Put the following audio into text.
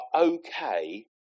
okay